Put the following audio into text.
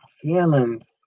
feelings